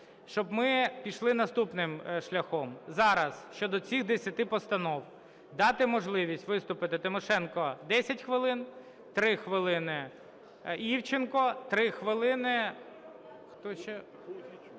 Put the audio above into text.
щоб ми пішли наступним шляхом. Зараз щодо цих 10 постанов дати можливість виступити Тимошенко – 10 хвилин, 3 хвилини – Івченко, 3 хвилини… Хто ще?